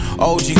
OG